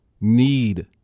need